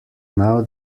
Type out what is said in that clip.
now